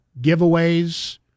giveaways